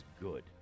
good